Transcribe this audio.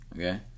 okay